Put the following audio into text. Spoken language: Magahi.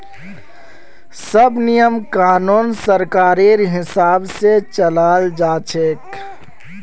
सब नियम कानून सरकारेर हिसाब से चलाल जा छे